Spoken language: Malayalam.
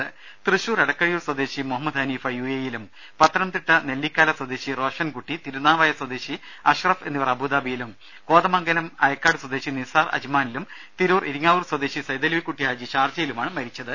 ത്വശൂർ എടക്കഴിയൂർ സ്വദേശി Muhammad Hanifa U A E യിലും പത്തനംതിട്ട നെല്ലിക്കാല സ്വദേശി റോഷൻ കുട്ടി തിരുനാവായ സ്വദേശി അഷ്റഫ് എന്നിവർ അബുദാബിയിലും കോതമംഗലം അയക്കാട് സ്വദേശി നിസാർ അജ്മാനിലും തിരൂർ ഇരിങ്ങാവൂർ സ്വദേശി സൈതലവിക്കുട്ടി ഹാജി ഷാർജയിലുമാണ് മരിച്ചത്